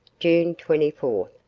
june twenty fourth,